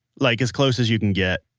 like as close as you can get.